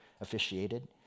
officiated